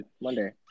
Monday